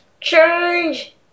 Change